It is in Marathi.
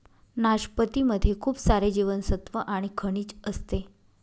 नाशपती मध्ये खूप सारे जीवनसत्त्व आणि खनिज असते